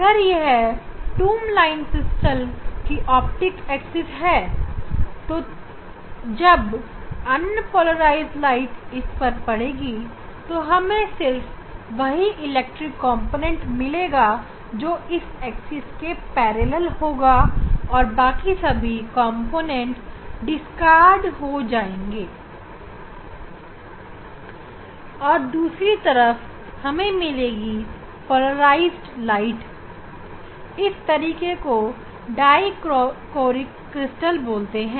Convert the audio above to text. अगर यह tourmaline crystal की ऑप्टिक एक्सिस है तो जब अनपोलराइज्ड प्रकाश इस पर पड़ेगी तो हमें सिर्फ वही इलेक्ट्रिक कॉम्पोनेंट मिलेगा जो कि एक्सिस के समांतर है और बाकी सभी कॉम्पोनेंट रोक दिए जाएंगे और दूसरी तरफ हमें मिलेगा पोलराइज प्रकाश इस तरीके को डाईकोरिक क्रिस्टल कहते हैं